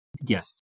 Yes